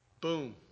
Boom